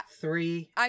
three